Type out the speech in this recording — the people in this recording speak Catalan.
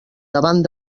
davant